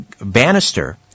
Bannister